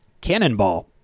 Cannonball